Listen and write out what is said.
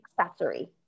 accessory